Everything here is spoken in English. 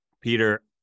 Peter